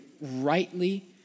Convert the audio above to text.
rightly